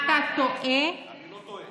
אתה טועה, אני לא טועה.